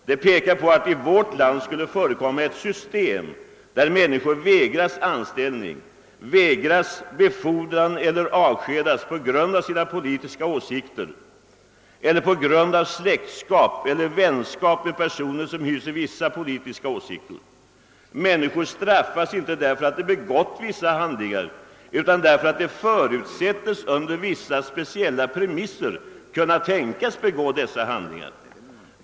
De pekar på att det i vårt land skulle förekomma ett system som gör att människor vägras anställning, vägras befordran eller avskedas på grund av sina politiska åsikter eller på grund av släktskap eller vänskap med personer som hyser vissa politiska åsikter. Människor straffas, inte därför att de begått vissa handlingar utan därför att de förutsätts under vissa speciella premisser kunna tänkas begå dessa handlingar.